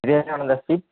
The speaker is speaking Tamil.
விவேகானந்தா ஸ்ட்ரீட்